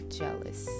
jealous